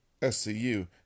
SCU